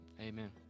amen